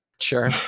Sure